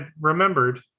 remembered